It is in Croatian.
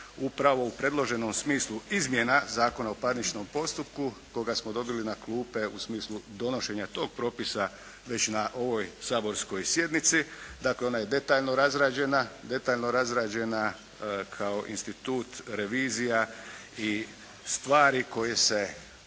upravo u predloženom smislu izmjena Zakona o parničnom postupku koga smo dobili na klupe u smislu donošenja tog propisa već na ovoj saborskoj sjednici, dakle ona je detaljno razrađena, detaljno razrađena kao institut revizija i stvari koje se